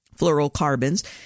fluorocarbons